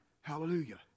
Hallelujah